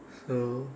so